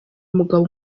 umugabo